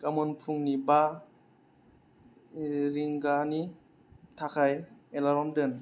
गाबोन फुंनि बा रिंगानि थाखाय एलार्म दोन